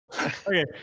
Okay